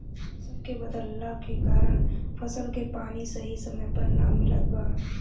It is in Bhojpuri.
मउसम के बदलला के कारण फसल के पानी सही समय पर ना मिलत बा